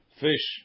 fish